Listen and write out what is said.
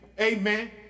amen